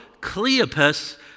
Cleopas